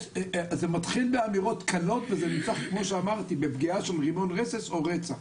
זה מתחיל מאמירות קלות וזה נמשך כמו שאמרתי בפגיעה של רימון רסס או רצח.